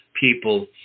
people